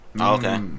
Okay